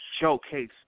showcase